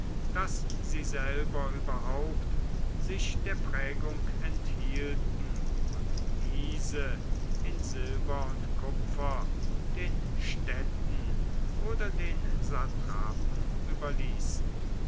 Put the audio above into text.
daß sie selber überhaupt sich der prägung enthielten und diese in silber und kupfer den städten oder den satrapen überließen